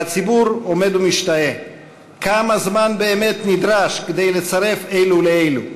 והציבור עומד ומשתאה כמה זמן באמת נדרש כדי לצרף אלו לאלו,